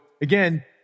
again